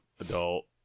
adult